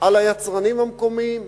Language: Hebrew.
על היצרנים המקומיים.